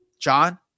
john